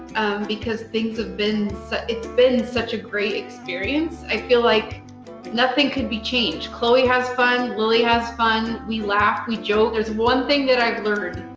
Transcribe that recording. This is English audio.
because things have been such, it's been such a great experience. i feel like nothing could be changed. chloe has fun, lily has fun, we laugh, we joke. there's one thing that i've learned.